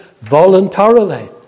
voluntarily